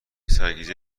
سرگیجه